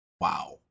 Wow